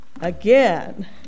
again